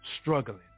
struggling